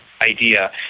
idea